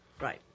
Right